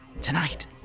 Tonight